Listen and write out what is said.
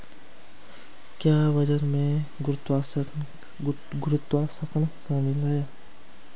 क्या वजन में गुरुत्वाकर्षण शामिल है?